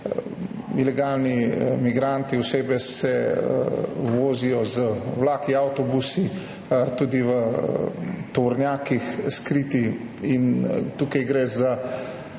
Ilegalni migranti, osebe se vozijo z vlaki, avtobusi, tudi v tovornjakih so skriti. Tukaj gre